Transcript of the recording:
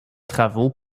travaux